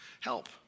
Help